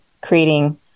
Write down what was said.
creating